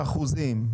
באחוזים?